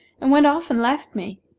and went off and left me.